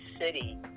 city